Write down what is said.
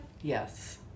Yes